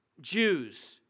Jews